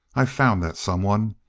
i've found that someone.